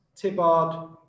Tibbard